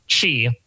Chi